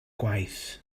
gwaith